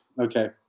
Okay